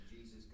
Jesus